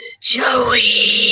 Joey